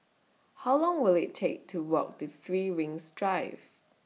How Long Will IT Take to Walk to three Rings Drive